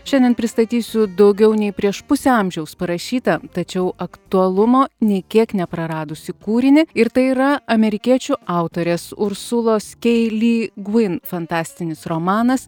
šiandien pristatysiu daugiau nei prieš pusę amžiaus parašytą tačiau aktualumo nei kiek nepraradusį kūrinį ir tai yra amerikiečių autorės ursulos kei ly gvin fantastinis romanas